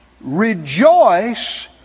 rejoice